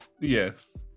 yes